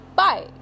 bye